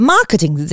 Marketing